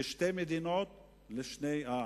שתי מדינות לשני העמים,